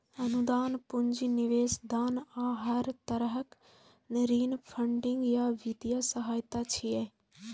अनुदान, पूंजी निवेश, दान आ हर तरहक ऋण फंडिंग या वित्तीय सहायता छियै